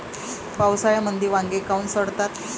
पावसाळ्यामंदी वांगे काऊन सडतात?